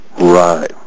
right